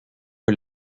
que